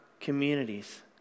communities